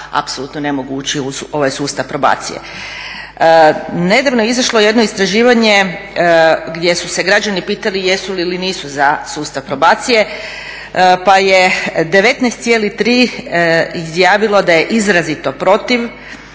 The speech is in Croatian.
apsolutno ne mogu ući u ovaj sustav probacije. Nedavno je izašlo jedno istraživanje gdje su se građani pitali jesu li ili nisu za sustav probacije pa je 19,3 izjavilo da je izrazito protiv,